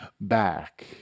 back